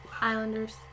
Islanders